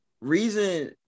reason